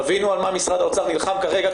תבינו על מה משרד האוצר נלחם כרגע,